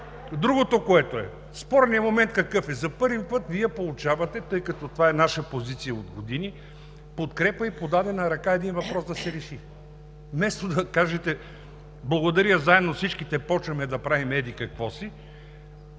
Другото, което е, спорният момент какъв е? За първи път Вие получавате, тъй като това е наша позиция от години, подкрепа и подадена ръка един въпрос да се реши. Вместо да кажете благодаря, заедно всички започваме да правим еди-какво си,